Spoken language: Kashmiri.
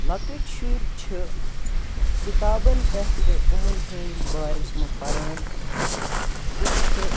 لۄکٔٹۍ شُرۍ چھِ کِتابَن پٮ۪ٹھ تہِ یِمَن ۂندۍ بارس منٛز پَران تہٕ چھ